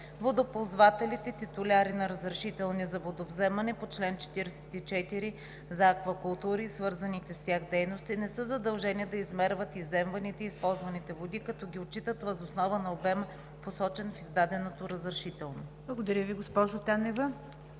Водоползвателите – титуляри на разрешителни за водовземане по чл. 44 за аквакултури и свързаните с тях дейности, не са задължени да измерват изземваните и използваните води, като ги отчитат въз основа на обема, посочен в издаденото разрешително.“ ПРЕДСЕДАТЕЛ